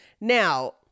Now